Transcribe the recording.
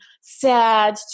sad